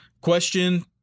question